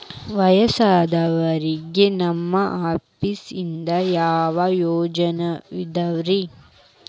ವಯಸ್ಸಾದವರಿಗೆ ನಿಮ್ಮ ಆಫೇಸ್ ನಿಂದ ಯಾವ ಯೋಜನೆಗಳಿದಾವ್ರಿ?